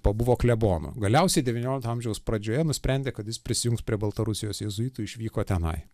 pabuvo klebonu galiausiai devyniolikto amžiaus pradžioje nusprendė kad jis prisijungs prie baltarusijos jėzuitų išvyko tenai